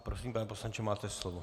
Prosím, pane poslanče, máte slovo.